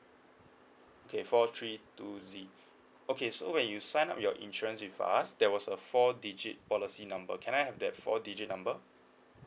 okay four three two Z okay so when you sign up your insurance with us there was a four digit policy number can I have that four digit number